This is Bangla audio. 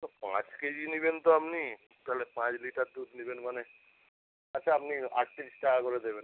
তো পাঁচ কেজি নিবেন তো আপনি তাহলে পাঁচ লিটার দুধ নিবেন মানে আচ্ছা আপনি আটতিরিশ টাকা করে দেবেন